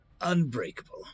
unbreakable